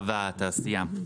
והתעשייה,